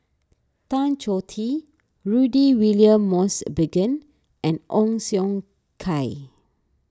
Tan Choh Tee Rudy William Mosbergen and Ong Siong Kai